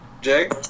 Jake